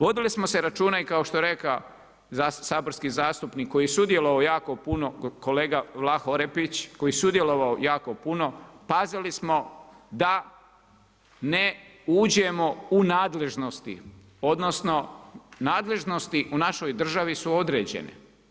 Vodili smo se računa i kao što je rekao saborski zastupnik koji je sudjelovao jako puno, kolega Vlaho Orepić, koji je sudjelovao jako puno, pazili smo da ne uđemo u nadležnosti, odnosno, nadležnosti u našoj državi su određene.